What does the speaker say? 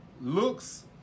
Looks